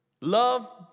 Love